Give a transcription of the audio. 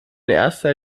erster